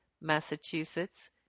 Massachusetts